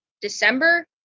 December